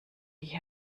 die